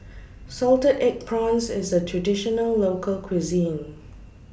Salted Egg Prawns IS A Traditional Local Cuisine